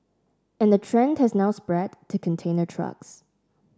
and the trend has now spread to container trucks